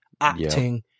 acting